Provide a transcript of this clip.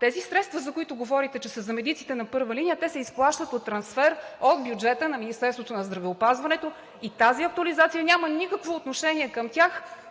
Тези средства, за които говорите, че са за медиците на първа линия, те се изплащат от трансфер от бюджета на Министерството на здравеопазването. Тази актуализация няма никакво отношение към тях,